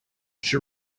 she